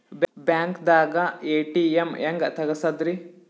ಬ್ಯಾಂಕ್ದಾಗ ಎ.ಟಿ.ಎಂ ಹೆಂಗ್ ತಗಸದ್ರಿ?